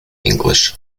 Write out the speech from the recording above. english